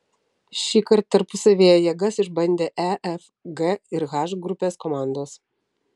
šįkart tarpusavyje jėgas išbandė e f g ir h grupės komandos